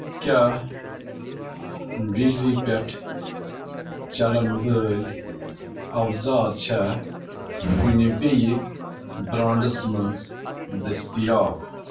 کیٛاہ بِجلی پیٚٹھ چَلن وٲلۍ اَوزار چھا کُنہِ بیٚیہِ برٛانڑَس منٛز دٔستیاب